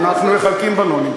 אנחנו מחלקים בלונים.